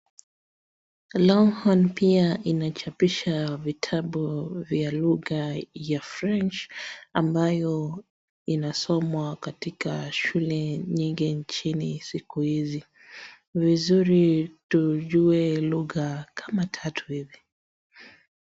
Longhorn pia inachapisha vitabu vya lugha ya french ambayo inasomwa katika shule nyingi nchini siku hizi. Ni vizuri tujue lugha kama tatu hivi.